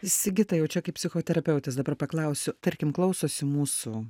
sigita jau čia kaip psichoterapeutės dabar paklausiu tarkim klausosi mūsų